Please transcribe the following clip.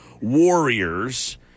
warriors